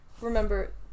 remember